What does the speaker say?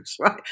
right